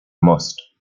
must